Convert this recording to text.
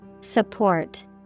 Support